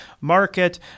market